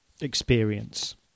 experience